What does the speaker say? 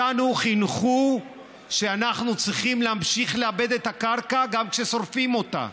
אותנו חינכו שאנחנו צריכים להמשיך לעבד את הקרקע גם כששורפים אותה.